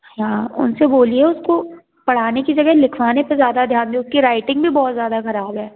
हाँ उन से बोलिए उसको पढ़ाने की जगह लिखवाने पर ज़्यादा ध्यान दें उसकी राइटिंग भी बहुत ख़राब है